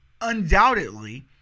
undoubtedly